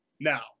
now